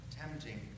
tempting